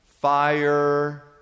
fire